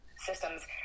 systems